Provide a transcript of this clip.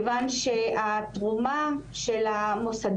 שולחים תנחומים למשפחות ההרוגים בפיגוע,